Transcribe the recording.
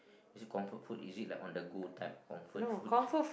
is it comfort food is it like on the gold type comfort food